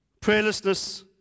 Prayerlessness